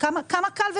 כמה קל ופשוט: